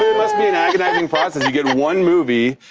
must be an agonizing process. you get one movie,